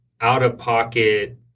out-of-pocket